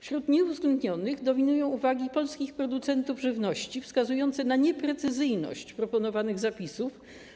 Wśród nieuwzględnionych dominują uwagi polskich producentów żywności wskazujące na nieprecyzyjność proponowanych zapisów.